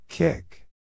Kick